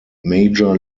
major